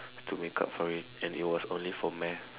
to make up for it and it was only for maths